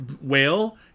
whale